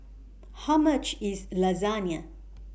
How much IS Lasagna